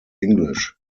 english